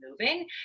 moving